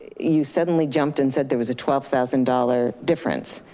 you suddenly jumped and said there was a twelve thousand dollars difference,